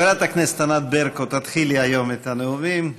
חברת הכנסת ענת ברקו, תתחילי היום את הנאומים.